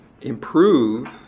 improve